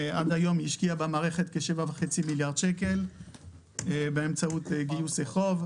עד היום השקיעה במערכת כ-7.5 מיליארד שקל באמצעות גיוסי חוב.